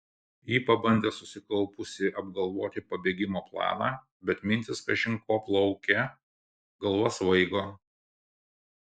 ji pabandė susikaupusi apgalvoti pabėgimo planą bet mintys kažin ko plaukė galva svaigo